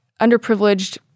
underprivileged